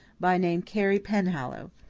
by name, carey penhallow.